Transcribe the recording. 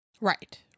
Right